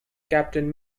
captain